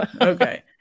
Okay